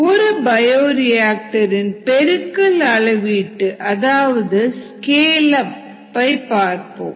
ஒரு பயோரியாக்டர் இன் பெருக்கல் அளவீட்டு அதாவது ஸ்கேல் ஆப் ஐ பார்ப்போம்